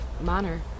manner